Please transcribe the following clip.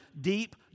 deep